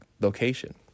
location